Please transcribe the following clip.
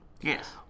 Yes